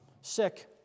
sick